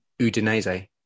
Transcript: Udinese